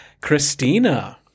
christina